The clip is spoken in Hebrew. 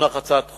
תונח הצעת חוק.